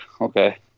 Okay